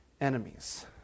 enemies